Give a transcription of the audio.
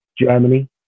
Germany